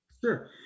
Sure